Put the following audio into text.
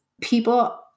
people